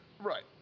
Right